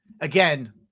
again